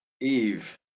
Eve